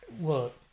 look